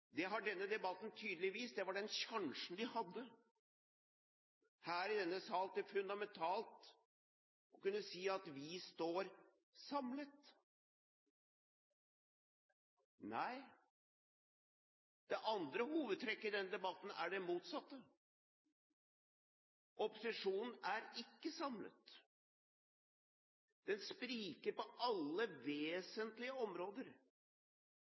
Det har denne debatten tydelig vist, det var den sjansen de hadde her i denne sal til fundamentalt å kunne si at vi står samlet. Nei, det andre hovedtrekket i denne debatten er det motsatte: Opposisjonen er ikke samlet. Den spriker på alle vesentlige områder